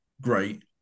great